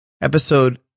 episode